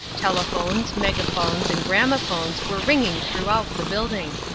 telephones, megaphones and gramophones were ringing throughout the building.